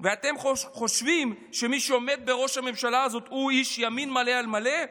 ואתם חושבים שמי שעומד בראש הממשלה הזאת הוא איש ימין מלא על מלא?